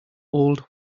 old